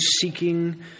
seeking